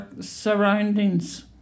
surroundings